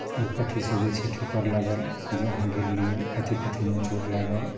आओर कथी से जे छै ठोकर लागल जे अहाँ गिरलियै कथी कथीमे चोट लागल